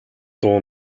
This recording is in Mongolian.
дуу